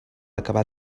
acabar